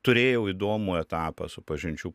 turėjau įdomų etapą su pažinčių